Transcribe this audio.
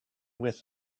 with